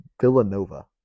Villanova